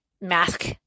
mask